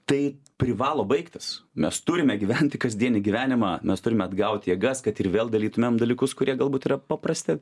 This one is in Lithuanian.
tai privalo baigtis mes turime gyventi kasdienį gyvenimą mes turime atgauti jėgas kad ir vėl dalytumėm dalykus kurie galbūt yra paprasti